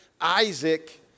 Isaac